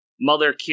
mother